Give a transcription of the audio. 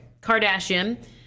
Kardashian